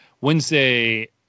Wednesday